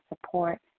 support